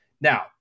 Now